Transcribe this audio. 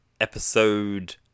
episode